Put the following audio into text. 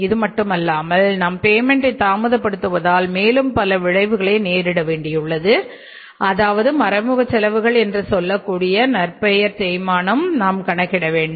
இது மட்டுமல்லாமல் நாம் பேமென்ட் தாமதப் படுவதால் மேலும் பல விளைவுகளை நேரிட வேண்டியுள்ளது அதாவது மறைமுக செலவுகள் என்று சொல்லக்கூடிய நற்பெயர் தேய்மானம் நாம் கணக்கிட வேண்டும்